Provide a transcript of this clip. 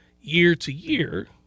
year-to-year